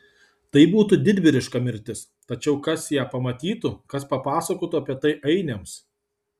tai būtų didvyriška mirtis tačiau kas ją pamatytų kas papasakotų apie tai ainiams